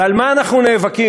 ועל מה אנחנו נאבקים?